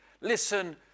Listen